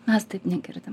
mes taip negirdim